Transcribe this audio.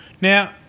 Now